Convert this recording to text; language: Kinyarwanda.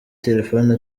telefone